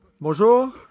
Bonjour